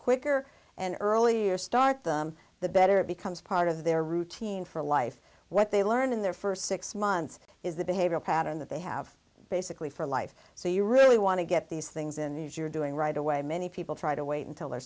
quicker and earlier start them the better it becomes part of their routine for life what they learn in their first six months is the behavioral pattern that they have basically for life so you really want to get these things in these you're doing right away many people try to wait until they're